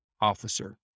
officer